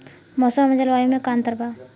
मौसम और जलवायु में का अंतर बा?